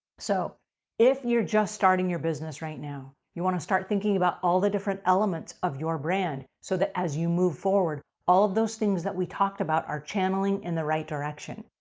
so if you're just starting your business right now, you want to start thinking about all the different elements of your brand, so that as you move forward, all of those things that we talked about are channeling in the right way direction.